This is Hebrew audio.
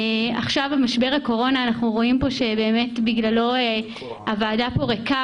בגלל משבר הקורונה אנחנו רואים שהוועדה כאן ריקה